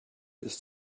ist